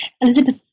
Elizabeth